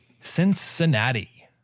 Cincinnati